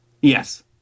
yes